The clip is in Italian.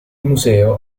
museo